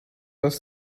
das